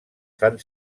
fan